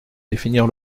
définir